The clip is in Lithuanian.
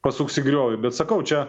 pasuks į griovį bet sakau čia